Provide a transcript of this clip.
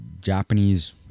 Japanese